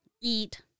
eat